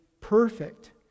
perfect